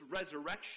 resurrection